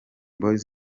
boyz